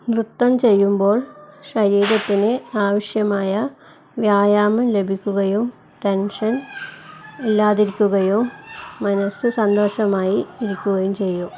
നൃത്തം ചെയ്യുമ്പോൾ ശരീരത്തിന് ആവശ്യമായ വ്യായാമം ലഭിക്കുകയും ടെൻഷൻ ഇല്ലാതിരിക്കുകയും മനസ്സ് സന്തോഷമായി ഇരിക്കുകയും ചെയ്യും